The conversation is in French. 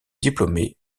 diplômé